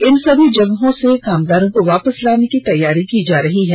इन सभी जगहों से कामगारों को वापस लाने की तैयारी की जा रही है